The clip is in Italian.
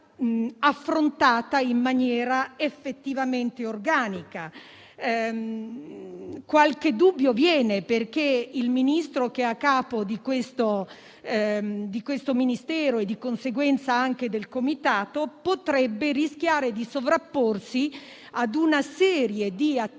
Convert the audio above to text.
affrontata in maniera effettivamente organica. Qualche dubbio viene, perché il Ministro a capo di questo Ministero, e di conseguenza anche del comitato, potrebbe rischiare di sovrapporsi a una serie di attività,